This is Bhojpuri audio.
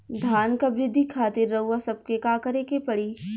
धान क वृद्धि खातिर रउआ सबके का करे के पड़ी?